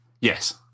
Yes